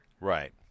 right